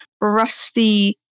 rusty